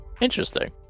interesting